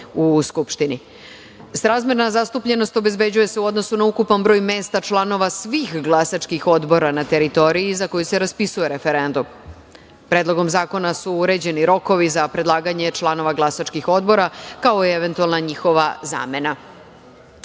u Skupštini. Srazmerna zastupljenost obezbeđuje se u odnosu na ukupan broj mesta članova svih glasačkih odbora na teritoriji za koju se raspisuje referendum. Predlogom zakona su uređeni rokovi za predlaganje članova glasačkih odbora, kao i eventualna njihova